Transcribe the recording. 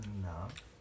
enough